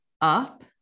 up